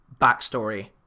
backstory